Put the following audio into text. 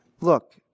Look